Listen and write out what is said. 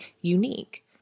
unique